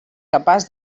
capaç